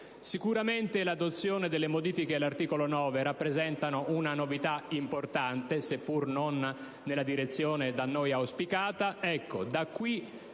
Sicuramente, l'adozione delle modifiche all'articolo 9 rappresenta una novità importante, seppur non nella direzione da noi auspicata.